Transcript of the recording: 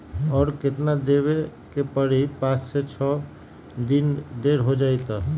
और केतना देब के परी पाँच से छे दिन देर हो जाई त?